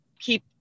keep